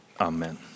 Amen